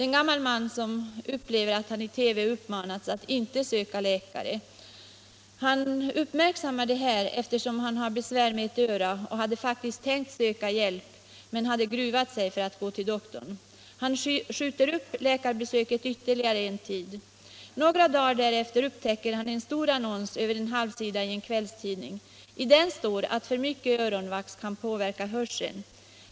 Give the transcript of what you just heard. En gammal man, som upplevt att han i TV uppmanas att inte söka läkare, uppmärksammade detta speciellt, eftersom han hade besvär med ett öra och faktiskt redan hade tänkt söka hjälp men gruvat sig för att gå till doktorn. Han sköt därför upp läkarbesöket ytterligare en tid. Några dagar därefter upptäckte han en stor annons över en halvsida i en kvällstidning. I den stod att för mycket öronvax kan inverka menligt på hörseln.